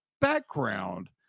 background